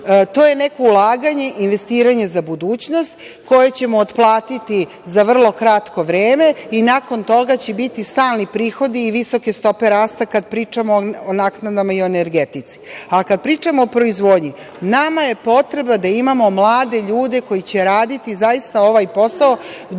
To je neko ulaganje, investiranje za budućnost, koje ćemo otplatiti za vrlo kratko vreme i nakon toga će biti stalni prihodi i visoke stope rasta kad pričamo o naknadama i o energetici. Kad pričamo o proizvodnji, nama je potrebno da imamo mlade ljude koji će raditi zaista ovaj posao, zbog